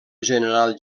general